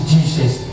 Jesus